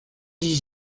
dix